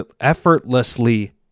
effortlessly